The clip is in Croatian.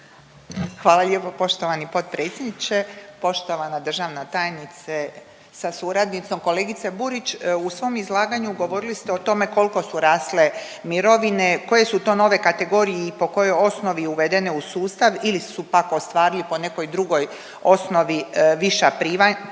Hvala lijepo poštovani potpredsjedniče. Poštovana državna tajnice sa suradnicom. Kolegice Burić, u svom izlaganju govorili ste o tome kolko su rasle mirovine, koje su to nove kategorije i po kojoj osnovi uvedene u sustav ili su pak ostvarili po nekoj drugoj osnovi viša primanja